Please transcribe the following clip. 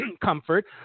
comfort